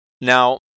Now